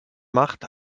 macht